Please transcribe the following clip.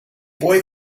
boy